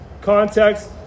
context